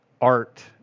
art